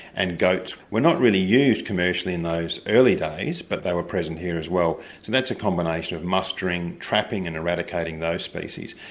and goats were not really used commercially in those early days, but they were present here as well. so that's a combination of mustering, trapping and eradicating those species.